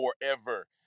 forever